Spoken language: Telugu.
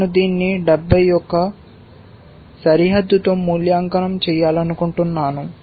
నేను దీన్ని 70 యొక్క సరిహద్దుతో మూల్యాంకనం చేయాలనుకుంటున్నాను